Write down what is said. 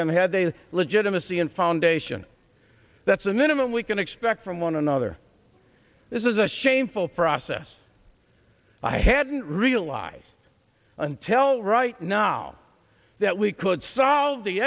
them had a legitimacy in foundation that's the minimum we can expect from one another this is a shameful process i hadn't realized until right now that we could solve the